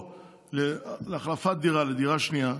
או להחלפת דירה לדירה שנייה,